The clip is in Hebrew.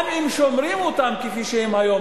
גם אם שומרים אותם כפי שהם היום,